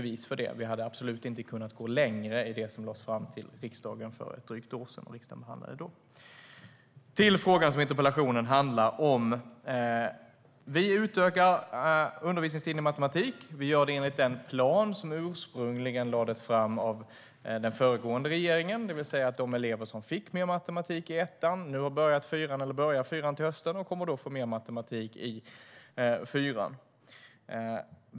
Vi hade absolut inte kunnat gå längre än det som lades fram inför riksdagen för drygt ett år sedan. Till frågan som interpellationen handlar om. Vi utökar undervisningstiden i matematik enligt den plan som ursprungligen lades fram av den föregående regeringen. De elever som fick mer matematik i ettan börjar nu fyran till hösten och kommer då att få mer matematik.